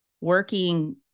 working